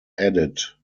added